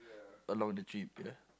along the trip ya